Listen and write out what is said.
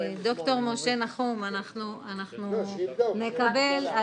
ד"ר משה נחום, אנחנו נקבל --- לא, שיבדוק.